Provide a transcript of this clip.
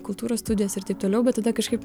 kultūros studijas ir taip toliau bet tada kažkaip